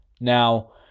now